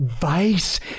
weiß